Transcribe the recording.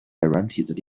软体